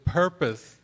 purpose